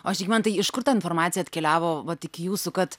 o žymantui iš kur ta informacija atkeliavo vat iki jūsų kad